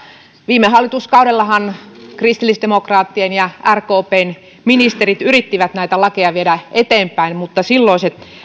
viime hallituskaudellahan kristillisdemokraattien ja rkpn ministerit yrittivät näitä lakeja viedä eteenpäin mutta silloiset